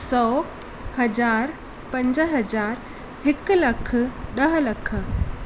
सौ हज़ार पंज हज़ार हिकु लखु ॾह लख